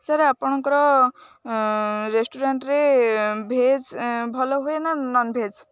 sir ଆପଣଙ୍କର ରେଷ୍ଟୁରାଣ୍ଟରେ veg ଭଲ ହୁଏ ନା ନନ୍ଭେଜ୍